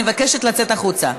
אני מבקשת לצאת החוצה.